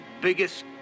biggest